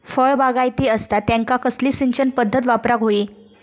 फळबागायती असता त्यांका कसली सिंचन पदधत वापराक होई?